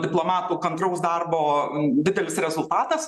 diplomatų kantraus darbo didelis rezultatas